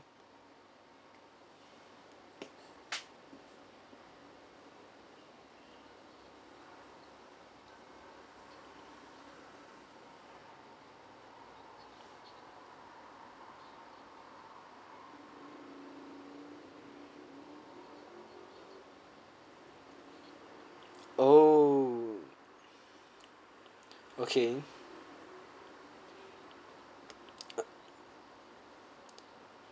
oo okay